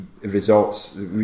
results